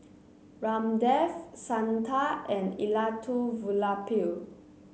Ramdev Santha and Elattuvalapil